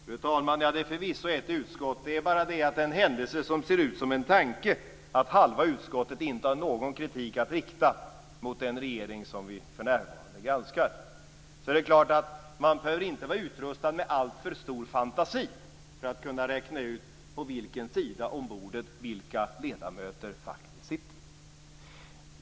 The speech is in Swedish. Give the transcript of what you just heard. Fru talman! Det är förvisso ett utskott. Det är bara det att det är en händelse som ser ut som en tanke att halva utskottet inte har någon kritik att rikta mot den regering som vi för närvarande granskar. Man behöver inte vara utrustad med alltför stor fantasi för att kunna räkna ut på vilken sida om bordet vilka ledamöter faktiskt sitter.